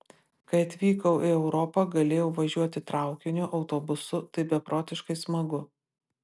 kai atvykau į europą galėjau važiuoti traukiniu autobusu tai beprotiškai smagu